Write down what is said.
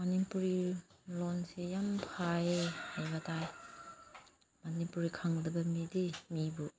ꯃꯅꯤꯄꯨꯔꯤ ꯂꯣꯟꯁꯦ ꯌꯥꯝ ꯐꯩꯌꯦ ꯍꯥꯏꯕ ꯇꯥꯏ ꯃꯅꯤꯄꯨꯔꯤ ꯈꯪꯗꯕ ꯃꯤꯗꯤ ꯃꯤꯕꯨ